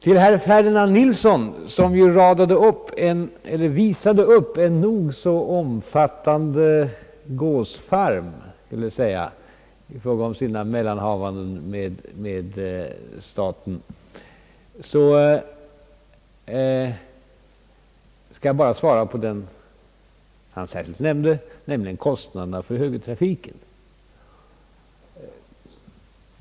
Till herr Ferdinand Nilsson, som visade upp en nog så omfattande »gåsfarm» i fråga om sina mellanhavanden med staten, skall jag bara säga ett ord med anledning av den fråga han ställde om kostnaderna för högertrafiken.